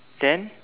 then